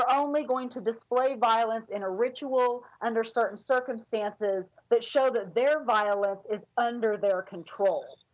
only going to display violence in a ritual under certain circumstances that showed that their violence is under their control.